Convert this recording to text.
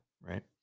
Right